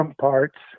parts